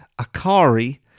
Akari